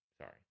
sorry